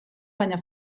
baina